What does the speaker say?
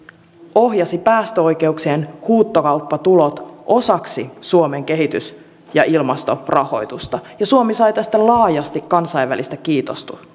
ohjasi päästöoikeuksien huutokauppatulot osaksi suomen kehitys ja ilmastorahoitusta ja suomi sai tästä laajasti kansainvälistä kiitosta